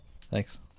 thanks